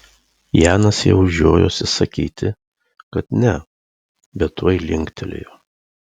janas jau žiojosi sakyti kad ne bet tuoj linktelėjo